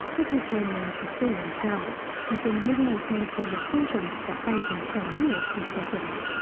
let's return now to sue and carole who've been living with menopausal symptoms for eight and ten years respectively.